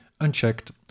unchecked